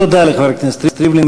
תודה לחבר הכנסת ריבלין.